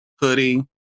hoodie